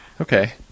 okay